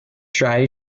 dry